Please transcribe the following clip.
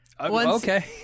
Okay